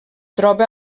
troba